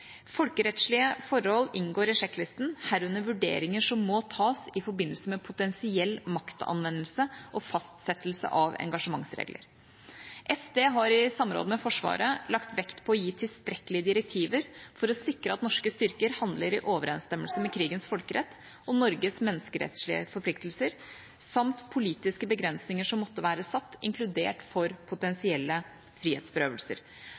Folkerettslige forhold inngår i sjekklisten, herunder vurderinger som må tas i forbindelse med potensiell maktanvendelse og fastsettelse av engasjementsregler. Forsvarsdepartementet har i samråd med Forsvaret lagt vekt på å gi tilstrekkelige direktiver for å sikre at norske styrker handler i overensstemmelse med krigens folkerett og Norges menneskerettslige forpliktelser samt politiske begrensninger som måtte være satt, inkludert for potensielle frihetsberøvelser.